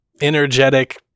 energetic